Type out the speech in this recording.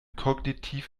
kognitiv